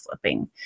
flipping